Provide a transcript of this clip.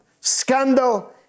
scandal